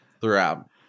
Throughout